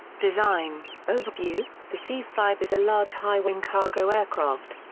design overview the c five is a large high-wing cargo aircraft.